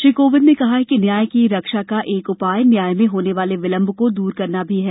श्री कोविंद ने कहा कि न्याय की रक्षा का एक उपाय न्याय में होने वाले विलंब को दूर करना भी है